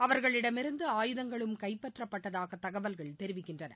அவர்களிடமிருந்து ஆயுதங்களும் கைப்பற்றப்பட்டதாக தகவல்கள் தெரிவிக்கின்றன